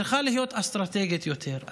צריכה להיות אסטרטגית יותר.